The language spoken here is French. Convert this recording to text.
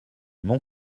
mon